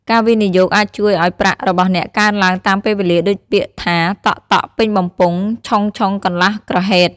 ការវិនិយោគអាចជួយឱ្យប្រាក់របស់អ្នកកើនឡើងតាមពេលវេលាដូចពាក្យថា តក់ៗពេញបំពង់ ឆុងៗកន្លះក្រហេត។